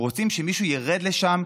הם רוצים שמישהו ירד לשם,